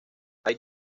hay